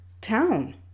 town